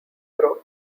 growth